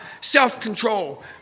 self-control